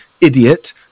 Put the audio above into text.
idiot